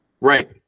Right